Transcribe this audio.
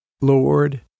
Lord